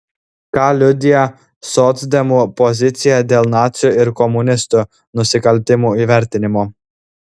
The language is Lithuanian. ką liudija socdemų pozicija dėl nacių ir komunistų nusikaltimų įvertinimo